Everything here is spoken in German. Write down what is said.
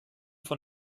von